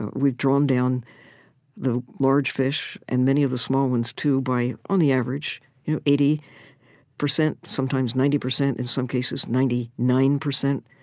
we've drawn down the large fish, and many of the small ones too, by on the average you know eighty percent sometimes, ninety percent, in some cases, ninety nine percent.